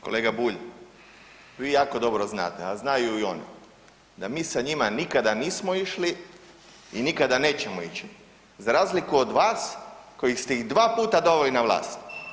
Kolega Bulj, vi jako dobro znate, a znaju i oni da mi sa njima nikada nismo išli i nikada nećemo ići za razliku od vas koji ste ih dva puta doveli na vlast.